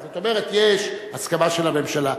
זאת אומרת יש הסכמה של הממשלה.